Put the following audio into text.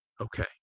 Okay